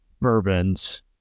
bourbons